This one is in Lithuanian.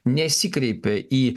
nesikreipė į